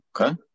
okay